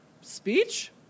speech